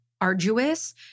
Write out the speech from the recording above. arduous